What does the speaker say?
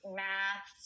math